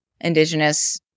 Indigenous